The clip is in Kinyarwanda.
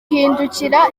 hindukira